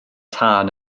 tân